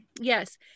Yes